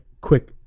quick